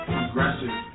Progressive